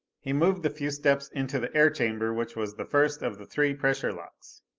he moved the few steps into the air chamber which was the first of the three pressure locks.